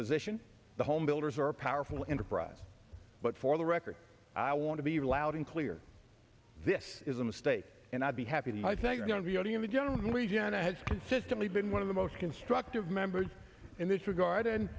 position the homebuilders are powerful in the process but for the record i want to be loud and clear this is a mistake and i'll be happy and i think nobody in the general region has consistently been one of the most constructive members in this regard and